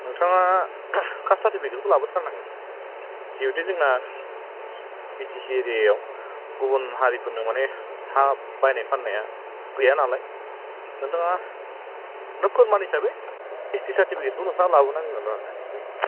नोंथाङा कास्ट सार्टिफिकेटखौ लाबोथारनांगोन जिहेथु जोंना बिटिसि एरियायाव गुबुन हारिफोरनो माने हा बायनाय फाननाया गैयानालाय नोंथाङा फोरमान हिसाबै एसटि सार्टिफिकेटखौ नोथाङा लाबोनांगोन आरो